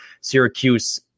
Syracuse